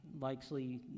likely